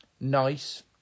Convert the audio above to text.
nice